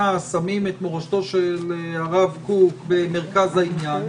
שמים את מורשתו של הרב קוק במרכז העניין,